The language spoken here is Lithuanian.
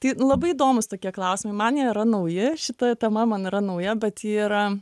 tai labai įdomūs tokie klausimai man jie yra nauji šita tema man yra nauja bet ji yra